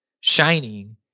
shining